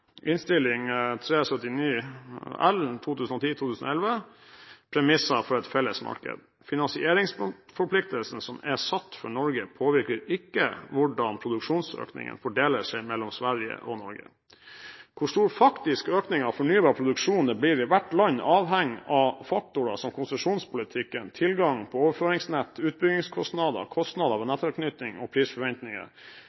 L for 2010–2011, kapitlet Premisser for et felles marked: «Finansieringsforpliktelsen som er satt for Norge, påvirker ikke hvordan produksjonsøkningen fordeler seg mellom Sverige og Norge. Hvor stor faktisk økning av fornybar produksjon det blir i hvert land avhenger av faktorer som konsesjonspolitikken, tilgangen på overføringsnett, utbyggingskostnader, kostnader ved